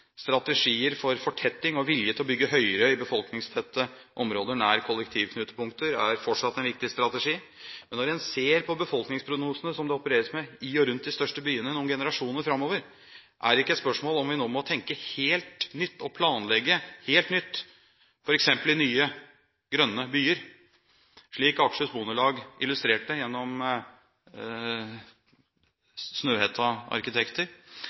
Strategier for fortetting og vilje til å bygge høyere i befolkningstette områder nær kollektivknutepunkter er fortsatt en viktig strategi. Men når en ser på befolkningsprognosene som det opereres med i og rundt de største byene noen generasjoner framover, er det et spørsmål om vi ikke nå må tenke helt nytt og planlegge helt nytt, f.eks. i nye grønne byer, slik Akershus Bondelag illustrerte gjennom